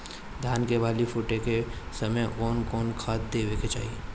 धान के बाली फुटे के समय कउन कउन खाद देवे के चाही?